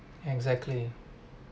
exactly